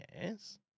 yes